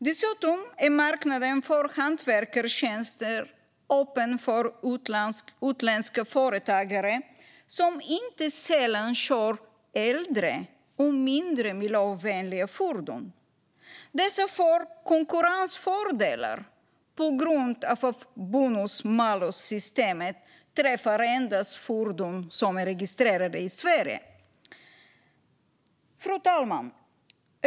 Dessutom är marknaden för hantverkstjänster öppen för utländska företagare, som inte sällan kör äldre, mindre miljövänliga fordon. Dessa får konkurrensfördelar på grund av att bonus-malus-systemet endast träffar fordon som är registrerade i Sverige. Fru talman!